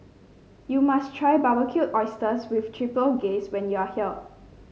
you must try Barbecued Oysters with Chipotle Glaze when you are here